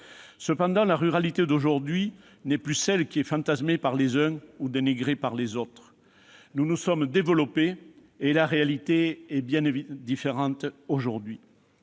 Néanmoins, la ruralité d'aujourd'hui n'est plus celle qui est fantasmée par les uns, dénigrée par les autres. Nous nous sommes développés, et la réalité est bien différente aujourd'hui